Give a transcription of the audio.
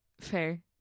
Fair